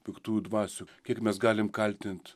piktųjų dvasių kiek mes galim kaltint